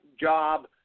job